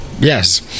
Yes